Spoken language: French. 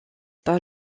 pas